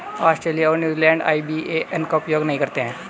Australia और New Zealand IBAN का उपयोग नहीं करते हैं